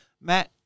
Matt